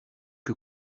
que